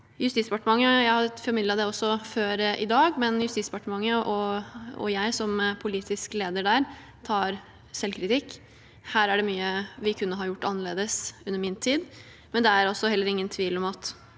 vært innrettet på. Jeg har formidlet det også før i dag, men Justisdepartementet og jeg som politisk leder der tar selvkritikk. Her er det mye vi kunne ha gjort annerledes under min tid, men det er heller ingen tvil om at